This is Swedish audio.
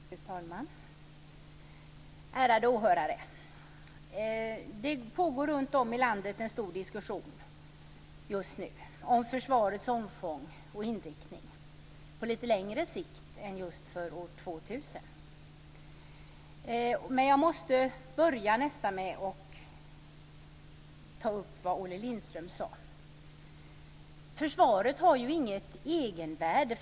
Fru talman, ärade åhörare! Det pågår runt om i landet en stor diskussion just nu om försvarets omfång och inriktning på lite längre sikt än just för år Men jag måste börja med att ta upp det som Olle Lindström sade. Försvaret har ju inget egenvärde.